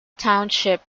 township